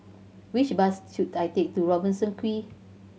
which bus should I take to Robertson Quay